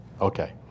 Okay